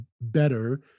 better